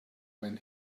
when